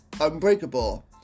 Unbreakable